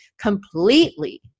completely